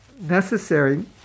necessary